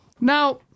now